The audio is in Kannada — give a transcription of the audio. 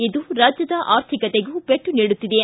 ಇದು ರಾಜ್ಯದ ಅರ್ಥಿಕತೆಗೂ ಪೆಟ್ಲು ನೀಡುತ್ತಿದೆ